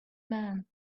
man